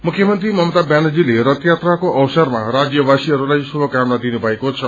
मुख्यमन्त्री ममता व्यानर्जीते रय यात्राको अवसरमा राज्यवासीहरूलाई शुभकामना दिनु भएको छ